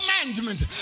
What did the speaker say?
commandment